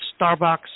Starbucks